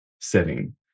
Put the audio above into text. setting